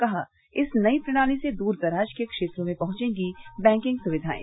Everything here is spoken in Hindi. कहा इस नई प्रणाली से दूर दराज के क्षेत्रों में पहुंचेंगी बैंकिग सुविघाएं